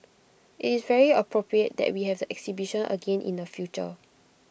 it's very appropriate that we have the exhibition again in the future